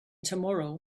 tomorrow